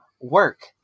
work